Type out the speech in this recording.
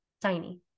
tiny